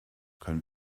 können